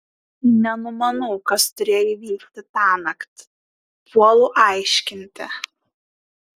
nenumanau kas turėjo įvykti tąnakt puolu aiškinti